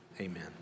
amen